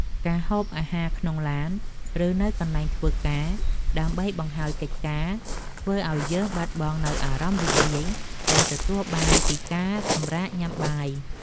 ការហូបអាហារក្នុងឡាន ឬនៅកន្លែងធ្វើការ ដើម្បីបង្ហើយកិច្ចការធ្វើឲ្យយើងបាត់បង់នូវអារម្មណ៍រីករាយដែលទទួលបានពីការសម្រាកញ៉ាំបាយ។